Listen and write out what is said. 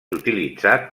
utilitzat